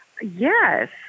Yes